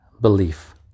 Belief